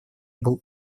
был